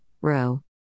row